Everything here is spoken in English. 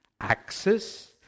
Access